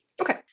Okay